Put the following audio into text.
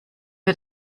wir